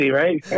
right